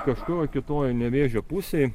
kažkur kitoj nevėžio pusėj